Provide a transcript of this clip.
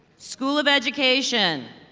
school of education.